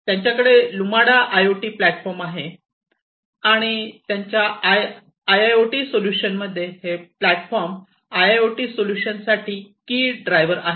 त्यांच्याकडे Lumada IoT platform आहे आणि त्यांच्या आयआयओटी सोल्यूशनमध्ये हे प्लॅटफॉर्म आयआयओटी सोल्यूशन्स साठी की ड्राइव्हर आहे